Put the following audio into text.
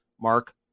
Mark